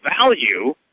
value